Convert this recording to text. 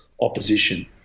opposition